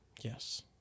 Yes